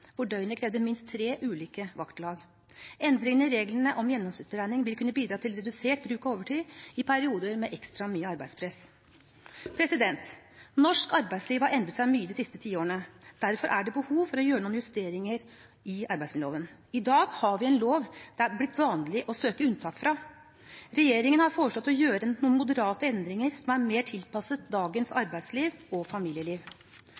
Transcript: hvor døgnet krever minst tre ulike vaktlag. Endringene i reglene om gjennomsnittsberegning vil kunne bidra til redusert bruk av overtid i perioder med ekstra mye arbeidspress. Norsk arbeidsliv har endret seg mye de siste ti årene. Derfor er det behov for å gjøre noen justeringer i arbeidsmiljøloven. I dag har vi en lov det er blitt vanlig å søke unntak fra. Regjeringen har foreslått å gjøre noen moderate endringer som er mer tilpasset dagens arbeidsliv og familieliv.